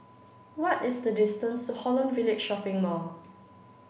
what is the distance to Holland Village Shopping Mall